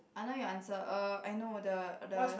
I know your answer uh I know the the